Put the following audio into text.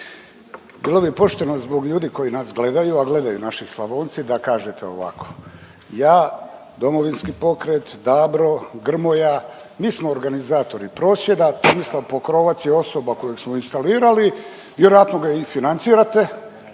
bilo bi pošteno zbog ljudi koji nas gledaju, a gledaju naši Slavonci da kažete ovako. Ja, Domovinski pokret, Dabro, Grmoja mi smo organizatori prosvjeda. Tomislav Pokrovac je osoba kojeg smo instalirali, vjerojatno ga i financirate.